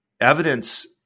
evidence